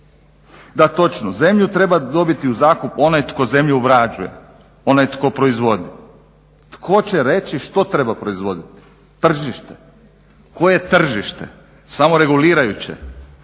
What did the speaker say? Da točno, zemlju treba dobiti u zakup onaj tko zemlju obrađuje, onaj tko proizvodi. Tko će reći što treba proizvoditi? Tržište. Koje tržište? Samoregulirajuće.